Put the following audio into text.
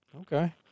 Okay